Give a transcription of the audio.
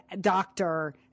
doctor